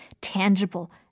tangible